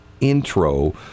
intro